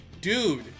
dude